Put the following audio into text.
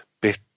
bit